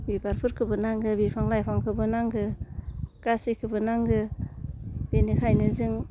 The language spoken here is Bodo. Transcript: बिबारफोरखौबो नांगौ बिफां लाइफांखौबो नांगौ गासैखौबो नांगौ बेनिखायनो जों